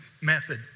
method